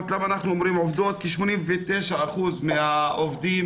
89% מהעובדים